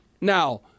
now